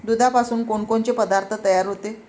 दुधापासून कोनकोनचे पदार्थ तयार होते?